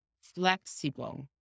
flexible